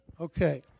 okay